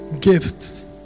gift